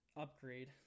upgrade